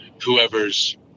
whoever's